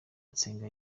nsenga